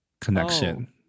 connection